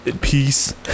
peace